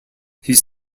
his